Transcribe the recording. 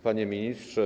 Panie Ministrze!